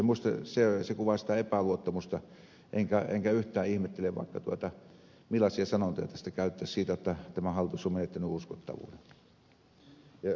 minusta se kuvaa sitä epäluottamusta enkä yhtään ihmettele vaikka millaisia sanontoja käyttäisi siitä jotta tämä hallitus on menettänyt uskottavuutensa